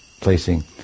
placing